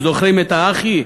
זוכרים את ה"א-חי"